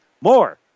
More